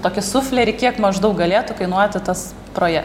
tokį suflerį kiek maždaug galėtų kainuoti tas proje